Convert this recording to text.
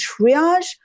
triage